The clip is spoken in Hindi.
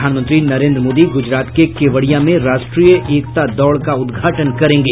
प्रधानमंत्री नरेंद्र मोदी गुजरात के केवड़िया में राष्ट्रीय एकता दौड़ का उद्घाटन करेंगे